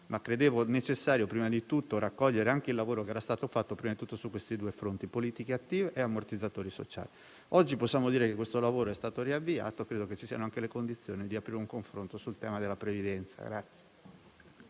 tuttavia necessario, prima di tutto, raccogliere il lavoro che era stato fatto su questi due fronti: politiche attive e ammortizzatori sociali. Oggi possiamo dire che questo lavoro è stato riavviato e credo che ci siano anche le condizioni per aprire un confronto sul tema della previdenza.